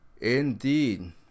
indeed